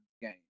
game